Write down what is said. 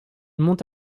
monte